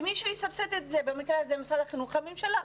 שמישהו יסבסד, במקרה הזה, משרד החינוך או הממשלה.